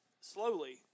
slowly